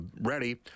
ready